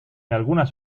algunas